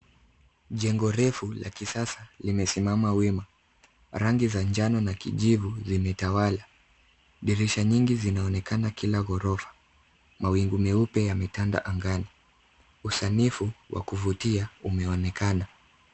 Jengo refu la kisasa limesimama wima. Rangi za njano na kijivu zimetawala. Dirisha nyingi zinaonekana kila ghorofa. Mawingu meupe yametanda angani. Usanifu wa kuvutia umeonekana.